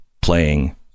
playing